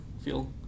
feel